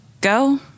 go